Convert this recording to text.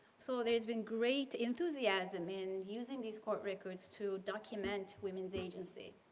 so, there has been great enthusiasm in using these court records to document women's agency.